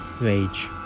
Rage